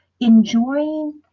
enjoying